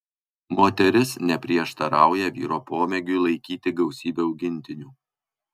moteris neprieštarauja vyro pomėgiui laikyti gausybę augintinių